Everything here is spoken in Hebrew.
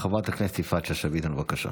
חברת הכנסת יפעת שאשא ביטון, בבקשה.